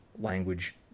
language